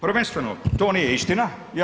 Prvenstveno to nije istina.